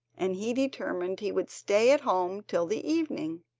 and he determined he would stay at home till the evening.